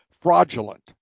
fraudulent